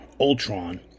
Ultron